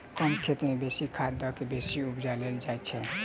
कम खेत मे बेसी खाद द क बेसी उपजा लेल जाइत छै